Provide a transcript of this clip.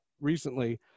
recently